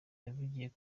yavugiye